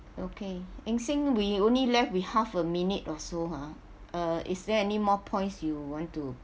okay eng seng we only left with half a minute or so ha uh is there any more points you want to